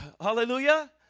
Hallelujah